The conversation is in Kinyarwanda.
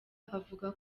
avuga